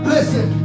Listen